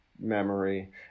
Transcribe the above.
memory